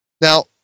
Now